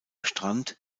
strand